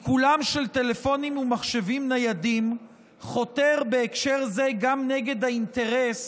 עיקולם של טלפונים ומחשבים ניידים חותר בהקשר זה גם נגד האינטרס